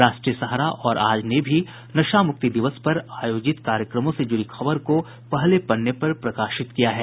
राष्ट्रीय सहारा और आज ने भी नशा मुक्ति दिवस पर आयोजित कार्यक्रमों से जुड़ी खबर को पहले पन्ने पर प्रकाशित किया है